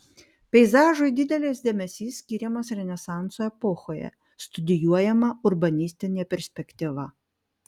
peizažui didelis dėmesys skiriamas renesanso epochoje studijuojama urbanistinė perspektyva